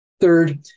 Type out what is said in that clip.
Third